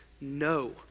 no